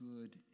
good